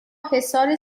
حصار